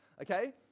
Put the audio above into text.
okay